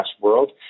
world